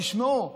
תשמעו,